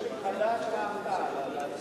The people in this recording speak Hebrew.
בשם חד"ש ורע"ם-תע"ל.